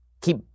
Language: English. keep